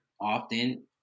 often